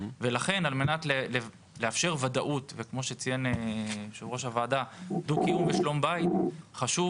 ולכן, כדי לאפשר ודאות ודו-קיום ושלום בית, חשוב